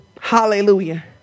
Hallelujah